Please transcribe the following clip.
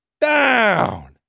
down